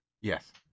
Yes